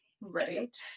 right